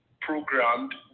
programmed